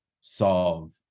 solve